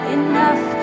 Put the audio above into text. enough